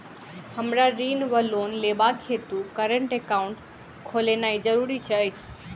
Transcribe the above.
हमरा ऋण वा लोन लेबाक हेतु करेन्ट एकाउंट खोलेनैय जरूरी छै?